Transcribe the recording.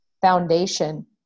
foundation